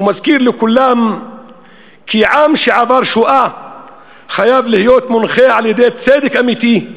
ומזכיר לכולם כי עם שעבר שואה חייב להיות מונחה על-ידי צדק אמיתי,